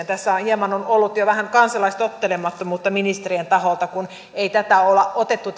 tässä on hieman ollut jo kansalaistottelemattomuutta ministerien taholta kun ei tätä viestiä ole otettu